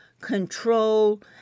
control